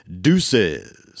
deuces